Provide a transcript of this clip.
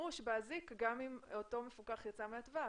שימוש באזיק גם אם אותו מפוקח יצא מהטווח,